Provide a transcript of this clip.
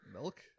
Milk